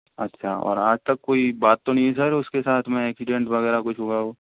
अच्छा और आज तक कोई बात तो नहीं हुई सर उसके साथ में एक्सीडेंट वगैरह कुछ हुआ हो